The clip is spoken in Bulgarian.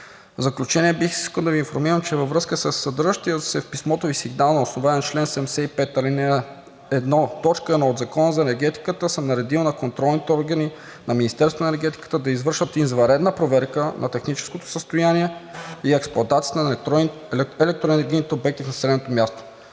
В заключение бих искал да Ви информирам, че във връзка със съдържащия се в писмото Ви сигнал на основание чл. 75, ал. 1, т. 1 от Закона за енергетиката съм наредил на контролните органи на Министерството на енергетиката да извършат извънредна проверка на техническото състояние и експлоатацията на електроенергийните обекти на населеното място.